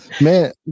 man